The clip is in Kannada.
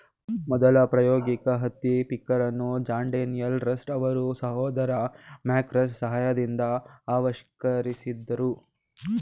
ಮೊದಲ ಪ್ರಾಯೋಗಿಕ ಹತ್ತಿ ಪಿಕ್ಕರನ್ನು ಜಾನ್ ಡೇನಿಯಲ್ ರಸ್ಟ್ ಅವರ ಸಹೋದರ ಮ್ಯಾಕ್ ರಸ್ಟ್ ಸಹಾಯದಿಂದ ಆವಿಷ್ಕರಿಸಿದ್ರು